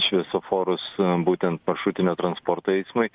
šviesoforus būtent maršrutinio transporto eismui